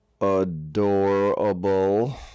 Adorable